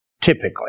typically